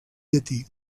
llatí